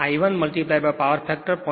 આ I 1 power factor 0